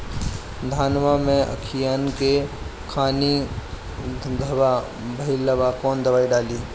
धनवा मै अखियन के खानि धबा भयीलबा कौन दवाई डाले?